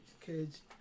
Kids